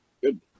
good